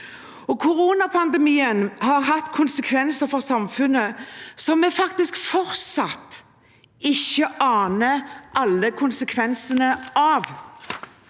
Koronapandemien har hatt konsekvenser for samfunnet som vi fortsatt ikke aner alle følgene av.